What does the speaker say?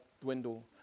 dwindle